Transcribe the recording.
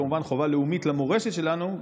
כמובן חובה לאומית למורשת שלנו,